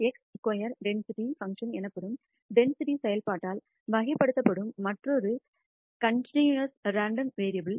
χ square density function எனப்படும் density செயல்பாட்டால் வகைப்படுத்தப்படும் மற்றொரு கன்டினியஸ் ரேண்டம் வேரியபுல்